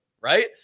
right